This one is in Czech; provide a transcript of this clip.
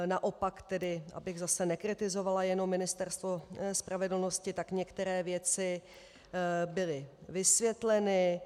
Naopak tedy, abych zase jenom nekritizovala Ministerstvo spravedlnosti, tak některé věci byly vysvětleny.